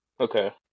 Okay